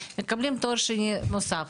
והם מקבלים תואר שני נוסף.